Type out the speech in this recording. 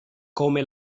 come